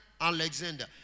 Alexander